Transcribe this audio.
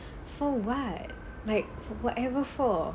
for [what] like for whatever for